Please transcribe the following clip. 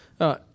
right